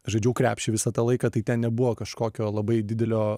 žaidžiau krepšį visą tą laiką tai nebuvo kažkokio labai didelio